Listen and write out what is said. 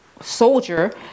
soldier